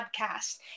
Podcast